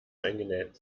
eingenäht